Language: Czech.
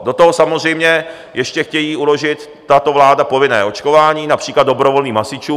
Do toho samozřejmě ještě chtějí uložit, tato vláda, povinné očkování například dobrovolným hasičům.